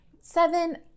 Seven